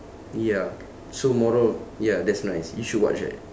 ya so moral ya that's nice you should watch that